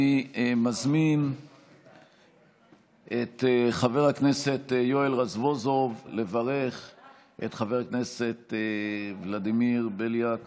אני מזמין את חבר הכנסת יואל רזבוזוב לברך את חבר הכנסת ולדימיר בליאק